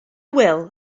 wil